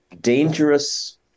Dangerous